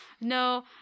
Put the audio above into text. No